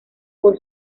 por